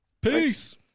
Peace